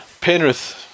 penrith